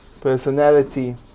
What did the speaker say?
Personality